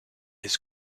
his